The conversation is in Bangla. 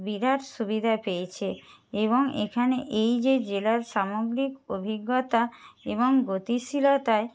বিরাট সুবিধা পেয়েছে এবং এখানে এই যে জেলার সামগ্রিক অভিজ্ঞতা এবং গতিশীলতায়